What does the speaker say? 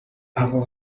aho